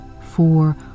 four